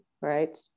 right